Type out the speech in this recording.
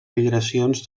migracions